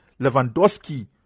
Lewandowski